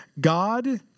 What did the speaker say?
God